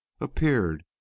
appeared